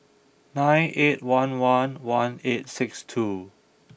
nine eight one one one eight six two